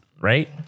right